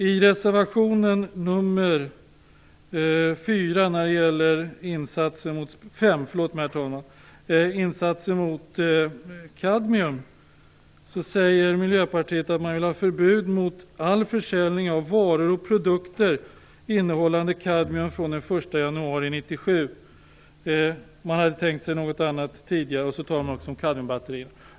I reservationen nr 5 som gäller insatser mot kadmium säger Miljöpartiet att man vill ha förbud mot all försäljning av varor och produkter innehållande kadmium från den 1 januari 1997.